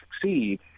succeed